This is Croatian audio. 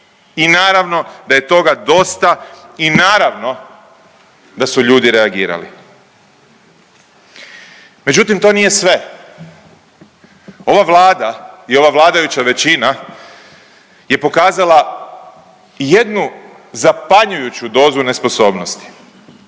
I naravno da je toga dosta i naravno da su ljudi reagirali. Međutim, to nije sve. Ova Vlada i ova vladajuća većina je pokazala jednu zapanjujuću dozu nesposobnosti.